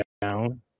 down